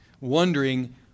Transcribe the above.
wondering